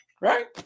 Right